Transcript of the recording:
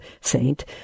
saint